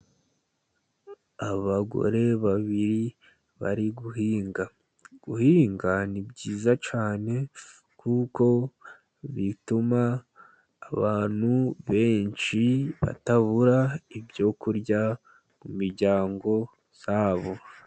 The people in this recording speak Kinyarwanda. Abagore babiri bari guhinga. Guhinga ni byiza cyane kuko bituma abantu benshi batabura ibyo kurya ku miryango yabo.